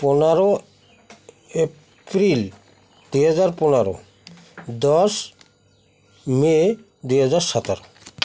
ପନ୍ଦର ଏପ୍ରିଲ ଦୁଇହଜାର ପନ୍ଦର ଦଶ ମେ ଦୁଇ ହଜାର ସତର